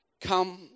come